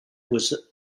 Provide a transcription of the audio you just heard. was